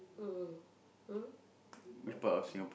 mm um what